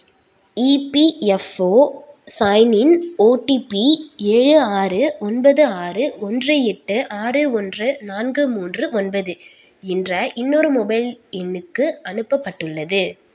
EPFO sign in OTP ஏழு ஆறு ஒன்பது ஆறு ஒன்று எட்டு ஆறு ஒன்று நான்கு மூன்று ஒன்பது என்ற இன்னொரு மொபைல் எண்ணுக்கு அனுப்பப்பட்டுள்ளது